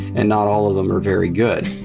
and not all of them are very good.